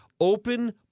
Open